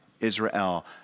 Israel